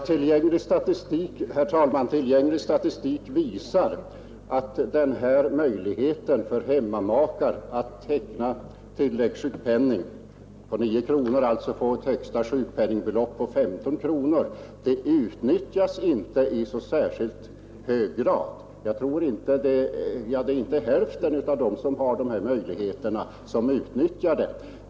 Herr talman! Tillgänglig statistik visar att möjligheten för hemmamakar att teckna tilläggssjukpenning på 9 kronor och alltså få ett högsta sjukpenningbelopp på 15 kronor inte utnyttjas i särskilt hög grad. Jag tror inte det är hälften av dem som har denna möjlighet som utnyttjar den.